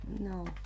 No